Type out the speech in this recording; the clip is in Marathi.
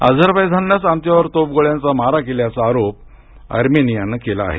अझरबैझाननेच आमच्यावर तोफगोळ्यांचा आमच्यावर मारा केल्याचा आरोप आर्मेनियान केला आहे